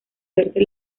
verse